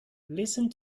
listen